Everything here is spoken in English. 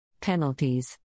Penalties